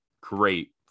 great